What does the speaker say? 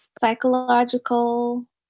psychological